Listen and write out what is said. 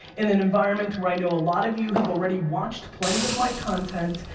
in an environment where i know a lot of you have already watched plenty of my content.